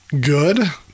good